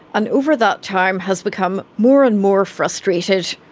and over that time has become more and more frustrated.